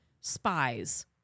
spies